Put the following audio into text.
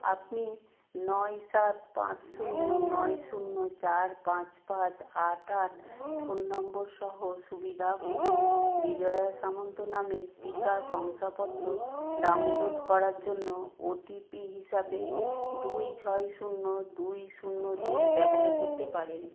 আপনি নয় সাত পাঁচ শূন্য নয় শূন্য চার পাঁচ পাঁচ আট আট ফোন নম্বর সহ সুবিধাভোগী বিজয়া সামন্ত নামের টিকা শংসাপত্র ডাউনলোড করার জন্য ও টি পি হিসাবে দুই ছয় শূন্য দুই শূন্য দুই ব্যবহার করতে পারেন